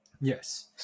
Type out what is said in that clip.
Yes